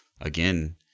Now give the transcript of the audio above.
again